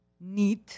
need